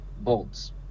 Bolts